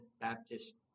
Baptist